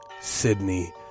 Sydney